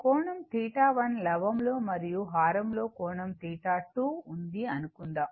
కోణం 1 లవం లో మరియు హారం లో కోణం 2 ఉంది అనుకుందాం